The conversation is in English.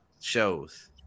shows